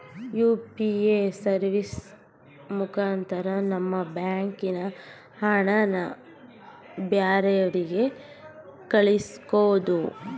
UPA service ಮುಖಾಂತರ ನಮ್ಮ ಬ್ಯಾಂಕಿನ ಹಣನ ಬ್ಯಾರೆವ್ರಿಗೆ ಕಳಿಸ್ಬೋದು